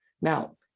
Now